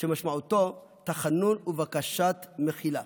שמשמעותו תחנון ובקשת מחילה.